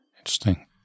Interesting